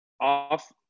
off